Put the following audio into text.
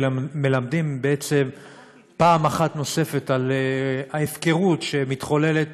ומלמדים בעצם פעם אחת נוספת על ההפקרות שמתחוללת